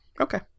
okay